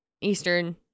Eastern